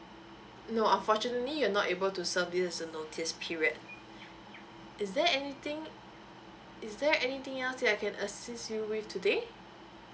no unfortunately you're not able to service a notice period is there anything is there anything else that I can assist you with today